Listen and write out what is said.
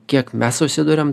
kiek mes susiduriam